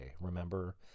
Remember